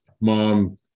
mom